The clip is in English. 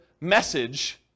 message